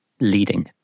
leading